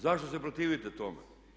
Zašto se protivite tome?